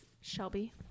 shelby